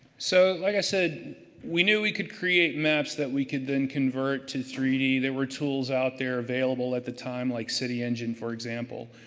so, like i said, we knew we could create maps that we could then convert to three d. there were tools out there available at the time, like city engine, for example